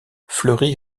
fleury